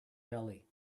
belly